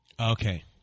Okay